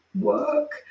work